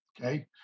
okay